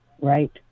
Right